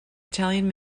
italian